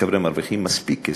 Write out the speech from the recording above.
החבר'ה מרוויחים מספיק כסף,